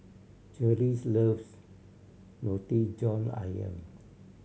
Cherise loves Roti John Ayam